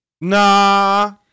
Nah